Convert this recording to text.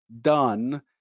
done